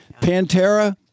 Pantera